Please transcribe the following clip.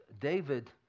David